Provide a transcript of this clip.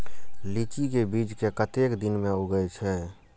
लीची के बीज कै कतेक दिन में उगे छल?